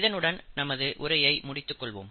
இதனுடன் நமது உரையை முடித்துக் கொள்வோம்